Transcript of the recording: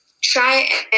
try